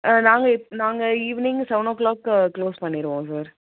நாங்கள் இப்ப நாங்கள் ஈவ்னிங் செவனோ க்ளாக்கு க்ளோஸ் பண்ணிடுவோம் சார்